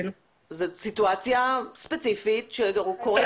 זאת סיטואציה ספציפית שקורית,